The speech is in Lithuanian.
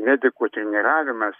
medikų treniravimas